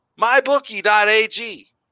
Mybookie.ag